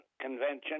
Convention